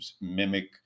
mimic